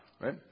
right